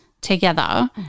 together